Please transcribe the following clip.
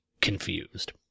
confused